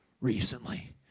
recently